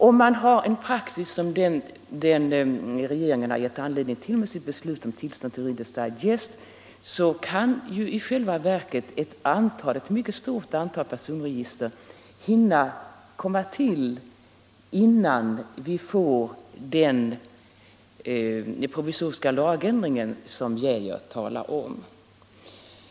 Om vi har en praxis som den regeringen har givit anledning till genom sitt beslut om tillstånd till Readers Digest, så kan i själva verket ett mycket stort antal personregister hinna tillkomma innan vi får den provisoriska lagändring som herr Geijer talar om.